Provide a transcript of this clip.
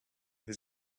his